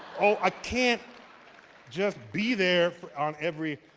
ah i can't just be there on every.